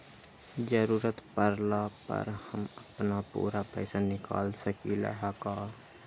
जरूरत परला पर हम अपन पूरा पैसा निकाल सकली ह का?